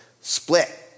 split